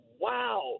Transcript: wow